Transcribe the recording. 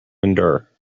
endure